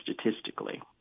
statistically